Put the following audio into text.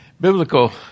biblical